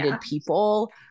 people